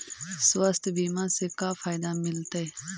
स्वास्थ्य बीमा से का फायदा मिलतै?